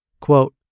Quote